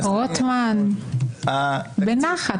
רוטמן, בנחת.